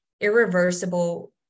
irreversible